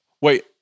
Wait